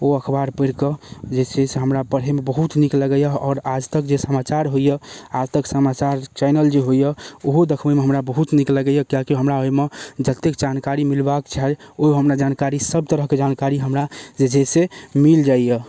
ओ अखबार पढ़िकऽ जे छै से हमरा पढ़ैमे बहुत नीक लगै यऽ आओर आजतक जे समाचार होइए आजतक समाचार चैनल जे होइए ओहो देखबैमे हमरा बहुत नीक लगै यऽ किएक कि हमरा ओइमे जतेक जानकारी मिलबाक चाही ओ हमरा जानकारी सब तरहक जानकारी हमरा जे छै से मील जाइए